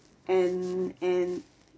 and and